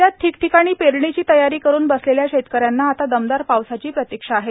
राज्यात ठिकठिकाणी पेरणीची तयारी करुन बसलेल्या शेतकर्यारना आता दमदार पावसाची प्रतीक्षा आहे